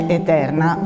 eterna